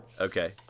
Okay